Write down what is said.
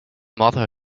martha